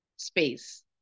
space